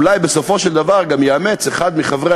אולי בסופו של דבר גם יאמץ אחד מחברי